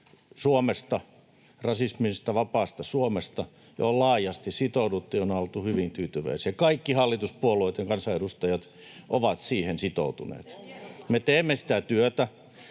Suomesta, rasismista vapaasta Suomesta, johon on laajasti sitouduttu ja on oltu hyvin tyytyväisiä. Kaikki hallituspuolueet ja kansanedustajat ovat siihen sitoutuneet. [Välihuutoja